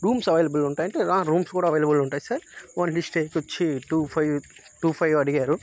rooms available ఉంటాయంటే రా rooms కూడా అవైలబుల్ ఉంటాయి సార్ ఓన్లీ స్టేకొచ్చి టూ ఫైవ్ టూ ఫైవ్ అడిగారు